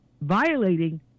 violating